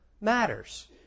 matters